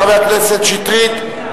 חבר הכנסת שטרית,